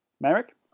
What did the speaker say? Merrick